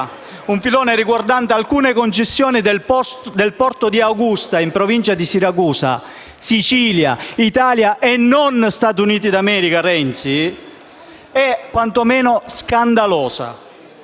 sul filone riguardante alcune concessioni per il porto di Augusta in provincia di Siracusa - in Sicilia, Italia e non negli Stati Uniti d'America, Renzi - è quantomeno scandalosa.